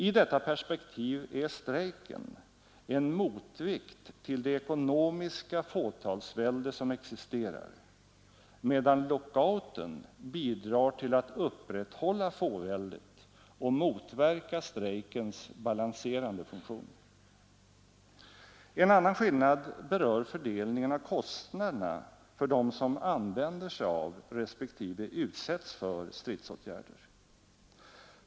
I detta perspektiv är strejken en motvikt till det ekonomiska fåtalsvälde som existerar, medan lockouten bidrar till att upprätthålla fåväldet och motverka strejkens balanserande funktion. En annan skillnad berör fördelningen av kostnaderna för dem som använder sig av, respektive utsätts för, stridsåtgärden.